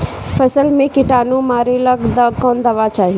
फसल में किटानु मारेला कौन दावा चाही?